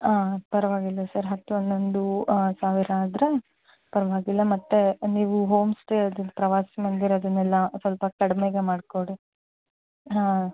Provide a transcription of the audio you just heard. ಹಾಂ ಪರವಾಗಿಲ್ಲ ಸರ್ ಹತ್ತು ಹನ್ನೊಂದು ಸಾವಿರ ಆದರೆ ಪರವಾಗಿಲ್ಲ ಮತ್ತೆ ನೀವು ಹೋಮ್ಸ್ಟೇ ಅದು ಪ್ರವಾಸ ಮಂದಿರದ್ದನ್ನೆಲ್ಲ ಸ್ವಲ್ಪ ಕಡಿಮೆಗೆ ಮಾಡಿಕೊಡಿ ಹಾಂ